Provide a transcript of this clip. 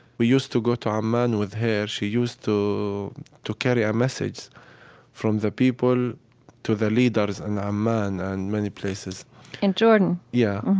we used to go to amman with her she used to to carry a ah message from the people to the leaders in ah amman, and many places in jordan? yeah,